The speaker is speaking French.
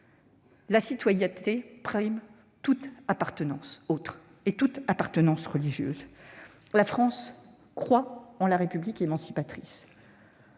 la citoyenneté prime toute appartenance, entre autres religieuse. La France croit en la République émancipatrice.